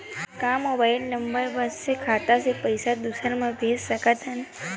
का mobile number बस से खाता से पईसा दूसरा मा भेज सकथन?